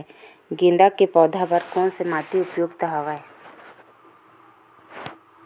गेंदा के पौधा बर कोन से माटी उपयुक्त हवय?